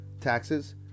taxes